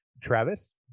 Travis